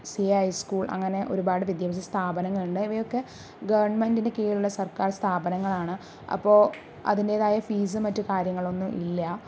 C I high school അങ്ങനെ ഒരുപാട് വിദ്യാഭ്യാസ സ്ഥാപനങ്ങളുണ്ട് ഇവയൊക്കെ ഗവൺമെന്റിന്റെ കീഴിലുള്ള സർക്കാർ സ്ഥാപനങ്ങളാണ് അപ്പോൾ അതിന്റേതായ ഫീസും മറ്റു കാര്യങ്ങളൊന്നും ഇല്ല